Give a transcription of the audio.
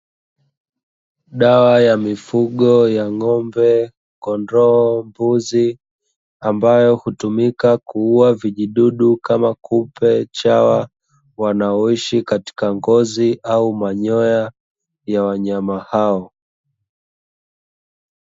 Dawa ya mifugo ya ng'ombe, kondoo, mbuzi; ambayo hutumika kuua vijidudu kama kupe, chawa wanaoishi katika ngozi au manyoya ya wanyama hao.